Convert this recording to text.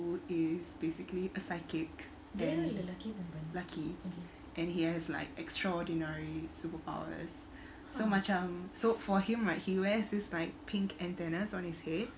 who is basically a psychic then and he has like extraordinary superpowers so macam for him right he wears his like pink antennas on his head